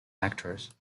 actors